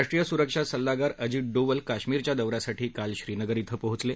राष्ट्रीयसुरक्षा सल्लागार अजित डोवल काश्मीरच्या दौऱ्यासाठी काल श्रीनगर इथं पोचले